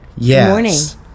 Yes